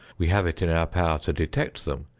we have it in our power to detect them,